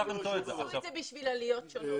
עשו את זה בשביל עליות שונות.